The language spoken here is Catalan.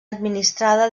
administrada